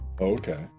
okay